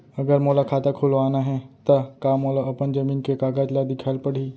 अगर मोला खाता खुलवाना हे त का मोला अपन जमीन के कागज ला दिखएल पढही?